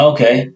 Okay